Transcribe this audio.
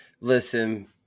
Listen